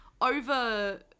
over